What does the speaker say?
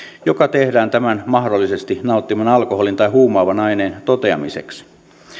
joka tehdään tämän mahdollisesti nauttiman alkoholin tai huumaavan aineen toteamiseksi